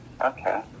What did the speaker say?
Okay